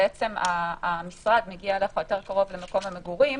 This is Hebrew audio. בעצם המשרד יותר קרוב למקום המגורים,